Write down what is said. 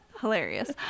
hilarious